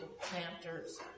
planters